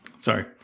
Sorry